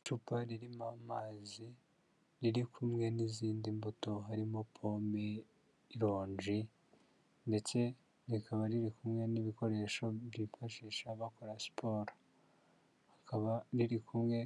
Icupa ririmo amazi riri kumwe n'izindi mbuto harimo pome, irongi ndetse rikaba riri kumwe n'ibikoresho bifashisha bakora siporo rikaba riri kumwe